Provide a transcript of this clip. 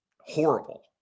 horrible